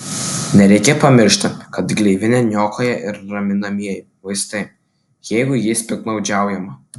nereikia pamiršti kad gleivinę niokoja ir raminamieji vaistai jeigu jais piktnaudžiaujama